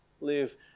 live